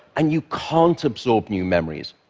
and you can't absorb new memories.